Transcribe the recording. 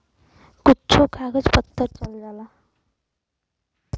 कुच्छो कागज पत्तर चल जाला